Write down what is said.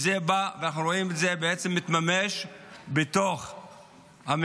וזה בא, אנחנו רואים שזה בעצם מתממש בתוך המגרשים.